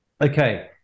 Okay